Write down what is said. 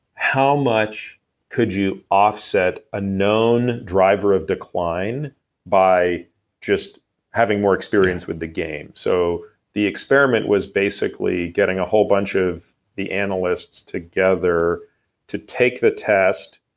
how much could you offset a known driver of decline by just having more experience with the game. so the experiment was basically getting a whole bunch of the analysts together to take the test,